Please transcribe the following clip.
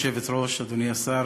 גברתי היושבת-ראש, אדוני השר,